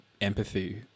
empathy